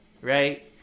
Right